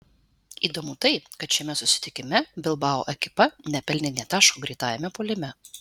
įdomu tai kad šiame susitikime bilbao ekipa nepelnė nė taško greitajame puolime